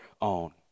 own